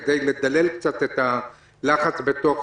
כדי לדלל את הלחץ בתוך